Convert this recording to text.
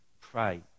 pray